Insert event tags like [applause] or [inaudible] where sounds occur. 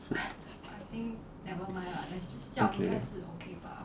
[laughs]